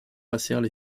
passèrent